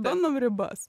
bandom ribas